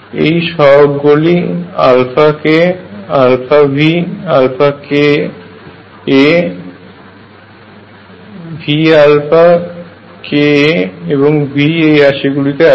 এই সহগ গুলি k a V k a V k a এবং v এই রাশি গুলিতে আছে